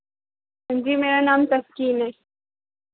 जी मेरा नाम तस्कीन है